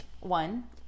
One